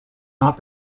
not